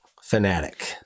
fanatic